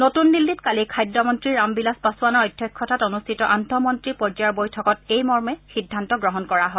নতুন দিল্লীত কালি খাদ্যমন্ত্ৰী ৰামবিলাস পাছোৱানৰ অধ্যক্ষতাত অনুষ্ঠিত আন্তঃমন্ত্ৰী পৰ্যায়ৰ বৈঠকত এইমৰ্মে সিদ্ধান্ত গ্ৰহণ কৰা হয়